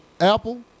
Apple